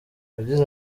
yagize